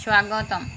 স্বাগতম